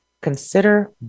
consider